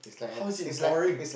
how is it boring